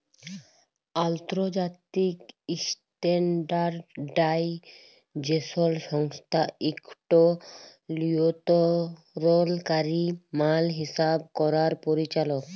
আলতর্জাতিক ইসট্যানডারডাইজেসল সংস্থা ইকট লিয়লতরলকারি মাল হিসাব ক্যরার পরিচালক